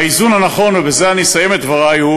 האיזון הנכון ובזה אסיים את דברי,